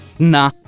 Nah